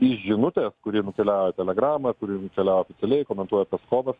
iš žinutė kuri nukeliauja į telegramą kuri nukeliauja oficialiai komentuoja peskovas